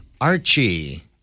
Archie